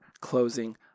closing